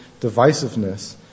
divisiveness